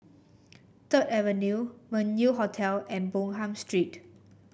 Third Avenue Meng Yew Hotel and Bonham Street